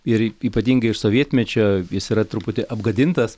ir ypatingai iš sovietmečio jis yra truputį apgadintas